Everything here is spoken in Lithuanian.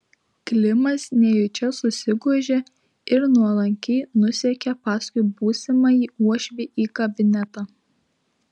klimas nejučia susigūžė ir nuolankiai nusekė paskui būsimąjį uošvį į kabinetą